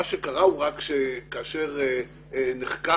רק שמה שקרה, שכאשר נחקקה